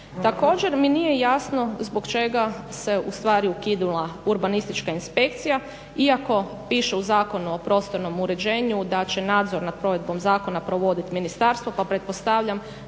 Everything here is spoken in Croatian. Također mi nije jasno zbog čega se u stvari ukinula urbanistička inspekcija, iako piše u Zakonu o prostornom uređenju da će nadzor nad provedbom zakona provoditi ministarstvo pa pretpostavljam